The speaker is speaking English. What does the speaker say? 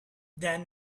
then